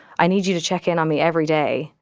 i need you to check in on me every day.